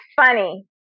funny